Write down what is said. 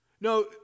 No